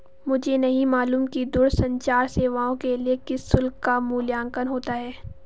मुझे नहीं मालूम कि दूरसंचार सेवाओं के लिए किस शुल्क का मूल्यांकन होता है?